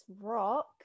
rock